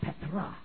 Petra